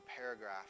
paragraph